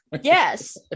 Yes